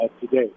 today